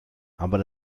aber